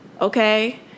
okay